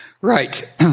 Right